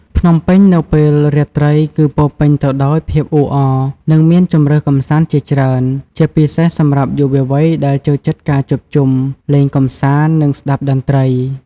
ភ្នំពេញនៅពេលរាត្រីគឺពោរពេញទៅដោយភាពអ៊ូអរ និងមានជម្រើសកម្សាន្តជាច្រើន ជាពិសេសសម្រាប់យុវវ័យដែលចូលចិត្តការជួបជុំ លេងកម្សាន្ត និងស្តាប់តន្ត្រី។